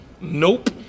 Nope